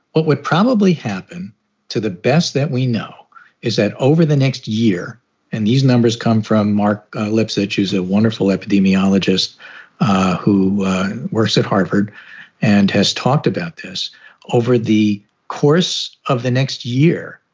what would probably happen to the best that we know is that over the next year and these numbers come from marc lipsitch, who's a wonderful epidemiologist who works at harvard and has talked about this over the course of the next year,